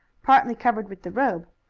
partly covered with the robe.